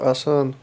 آسان